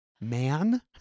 Man